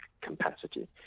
capacity